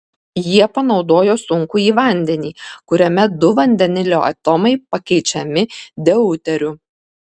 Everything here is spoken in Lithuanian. jie panaudojo sunkųjį vandenį kuriame du vandenilio atomai pakeičiami deuteriu